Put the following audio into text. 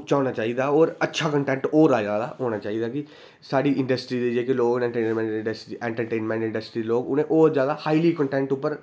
उच्चा होना चाहिदा होर अच्छा कन्टेंट होर आए दा औना चाहिदा कि साढ़ी इंडस्ट्री दे जेह्के लोग न ऐन्टरटेंनमैंट इंडस्ट्री दे लोक उं'नें होर जादा हाईली कन्टैंट उप्पर